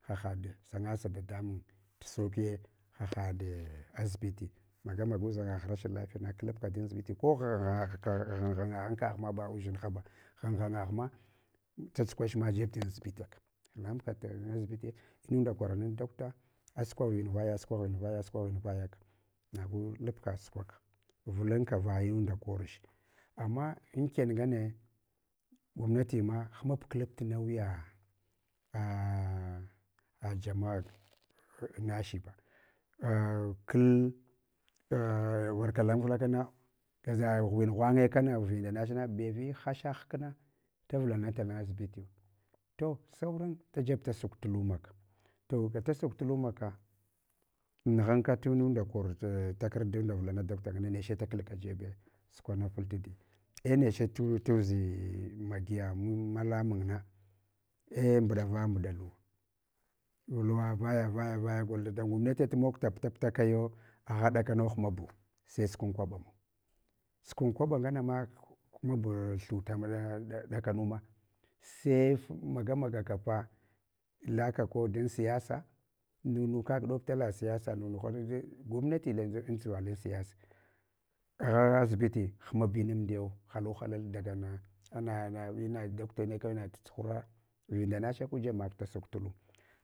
Hahaɗ sanga dadamun tu saukiye haɗe asibiti magumaguʒangagh rashin lafiyana klapka don zibiti, ghaghanga ghan kaghma ba uʒimhaba ghanghanga ma tsat kwaohma jeb danzibiti ka langabka tan ʒibitibiye munda kwaran nan doctor, asukwa ghuen vaya asukwa ghuen vaya, asukwa ghuen vayaka. Vulunka vayunda korch. Ama ankan nge gwamnati ma hamab klab tu nauyiya ajamma nashiba a’a warka langaf lakena, gaʒa ghuen ghwange kana vinda nach na baifi hasha, hkna da vulanatal an zibitiyu. To sauran tajeb da sukuk tulumaka. To ga da suk tulumaka mughanka takardan vulana doctor neche da kal ka jebe sukwanafal tadiya. Ei neche turʒi magiya malan munna ei mbudava mbuda luwa, luwa vaya, vaya gol, dada gwamnati tu mogom puta puta kayo, agha dakano humabu sai sukwen kwaba, su kon kwaba ngana ma hmabu thuta akanuma, sai maga maga kafa laka kodun siyasa, nunu kaka ɗob. Tola siyasa, munuhana. Gwamnati lenʒin amdʒuva lan siyasa. Agha asibiti hamb inamduyaw halu hat halal daga na ana doctor ne ana tutsuhara vinda neche ku jeb mak dasuk tuluma hahad.